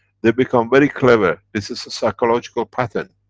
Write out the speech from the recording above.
they become very clever this is a psychological pattern.